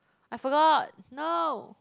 I forgot no